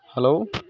hello